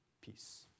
peace